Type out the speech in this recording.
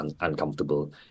uncomfortable